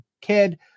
kid